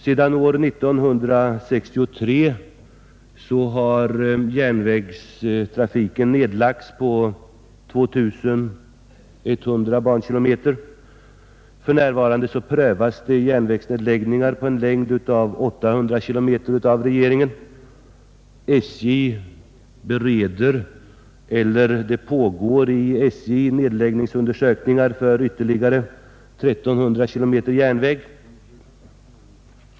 Sedan år 1963 har järnvägstrafiken lagts ned på 2100 bankilometer. För närvarande prövar regeringen förslag om järnvägsnedläggningar på 800 kilometer, och undersökningar om nedläggning av ytterligare 1 300 kilometer järnväg pågår inom SJ.